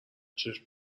چشم